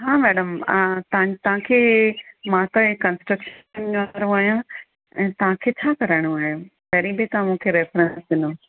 हा मैडम तव्हां तव्हांखे मां त इहे कंस्ट्र्क्शन कंदो आहियां ऐं तव्हां किथा कराइणो आहे वरी बि तव्हां मूंखे रेफरेंस ॾिनो